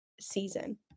season